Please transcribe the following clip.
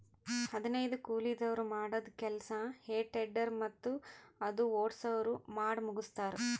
ಹದನೈದು ಕೂಲಿದವ್ರ್ ಮಾಡದ್ದ್ ಕೆಲ್ಸಾ ಹೆ ಟೆಡ್ಡರ್ ಮತ್ತ್ ಅದು ಓಡ್ಸವ್ರು ಮಾಡಮುಗಸ್ತಾರ್